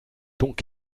donc